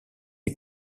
est